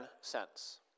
cents